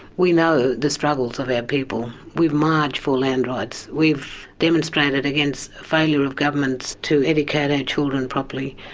we know the struggles of our people, we've marched for land rights, we've demonstrated against failure of governments to educate our children properly.